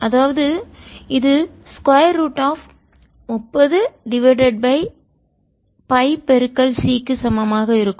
அதாவது இது square root of முப்பது டிவைடட் பை pi c க்கு சமமாக இருக்கும்